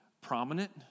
prominent